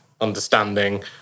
understanding